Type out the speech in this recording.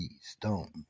stone